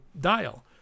dial